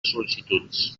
sol·licituds